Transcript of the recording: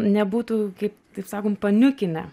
nebūtų kaip taip sakun paniukinę